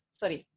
sorry